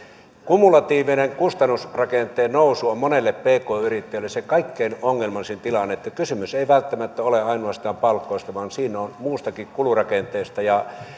kumulatiivinen kustannusrakenteen nousu on monelle pk yrittäjälle se kaikkein ongelmallisin tilanne että kysymys ei välttämättä ole ainoastaan palkoista vaan siinä on kyse muustakin kulurakenteesta